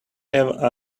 have